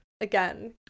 Again